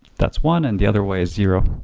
that's one and the other way is zero.